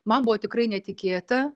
man buvo tikrai netikėta